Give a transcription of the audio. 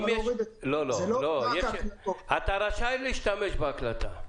אתה רשאי להשתמש בהקלטה.